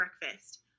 breakfast